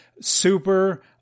super